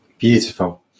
Beautiful